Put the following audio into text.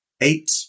eight